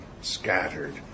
scattered